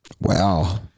Wow